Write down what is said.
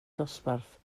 dosbarth